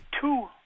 two